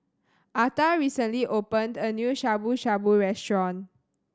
Arta recently opened a new Shabu Shabu Restaurant